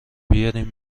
بیارین